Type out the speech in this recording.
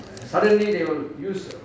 suddenly they will use